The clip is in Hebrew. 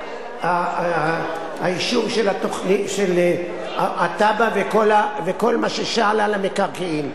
האישור של התב"ע וכל מה ששאל על המקרקעין.